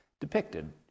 depicted